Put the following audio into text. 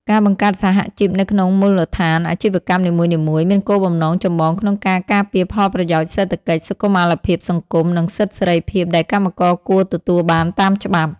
ការបង្កើតសហជីពនៅក្នុងមូលដ្ឋានអាជីវកម្មនីមួយៗ មានគោលបំណងចម្បងក្នុងការការពារផលប្រយោជន៍សេដ្ឋកិច្ច សុខុមាលភាពសង្គម និងសិទ្ធិសេរីភាពដែលកម្មករគួរទទួលបានតាមច្បាប់។